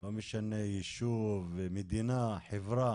לא משנה אישור שמדינה, חברה